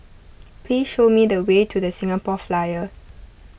please show me the way to the Singapore Flyer